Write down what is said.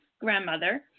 grandmother